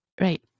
right